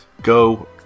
go